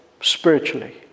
spiritually